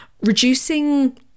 reducing